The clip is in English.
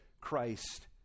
Christ